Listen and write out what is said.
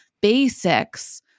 basics